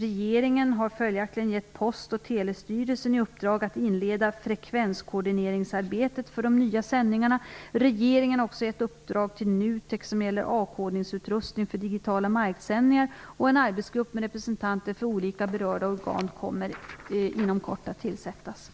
Regeringen har följaktligen givit Post och telestyrelsen i uppdrag att inleda frekvenskoordineringsarbetet för de nya sändningarna. Regeringen har också givit uppdrag till NUTEK som gäller avkodningsutrustning för digitala marksändningar, och en arbetsgrupp med representanter för olika berörda organ kommer inom kort att tillsättas.